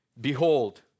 behold